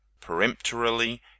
peremptorily